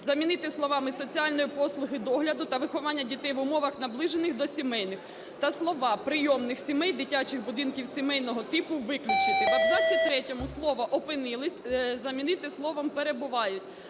замінити словами "соціальної послуги догляду та виховання дітей в умовах, наближених до сімейних". Та слова "прийомних сімей, дитячих будинків сімейного типу" виключити. В абзаці третьому пункту слово "опинились" замінити словом "перебувають".